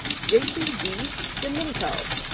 jaycie di domenico,